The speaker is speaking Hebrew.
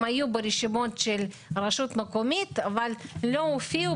הם היו ברשימות של הרשות המקומית אבל לא הופיעו